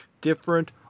different